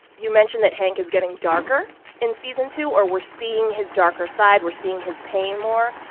you mentioned that hank is getting darker in season two, or we're seeing his darker side. we're seeing his pain more.